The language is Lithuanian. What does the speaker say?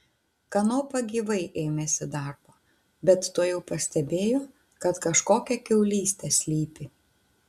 kanopa gyvai ėmėsi darbo bet tuojau pastebėjo kad kažkokia kiaulystė slypi